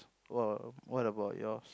what what about yours